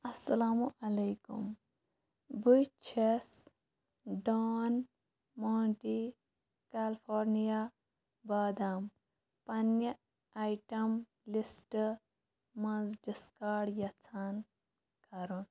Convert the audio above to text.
السلام علیکُم بہٕ چھَس ڈان مانٹی کٮ۪لفورنِیا بادام پنٛنہِ آیٹم لِسٹ منٛز ڈِسکاڈ یژھان کرُن